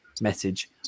message